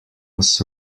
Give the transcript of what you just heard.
was